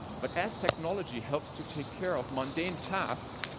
but as technology helps to take care of mundane tasks,